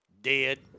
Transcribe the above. Dead